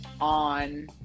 on